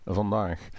vandaag